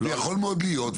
יכול מאוד להיות,